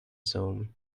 zoom